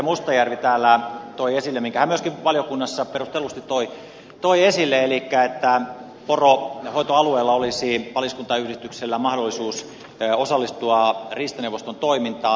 mustajärvi täällä toi esille sen minkä hän myöskin valiokunnassa perustellusti toi esille elikkä että poronhoitoalueella olisi paliskuntain yhdistyksellä mahdollisuus osallistua riistaneuvoston toimintaan